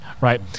right